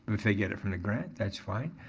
if they get it from the grant, that's fine,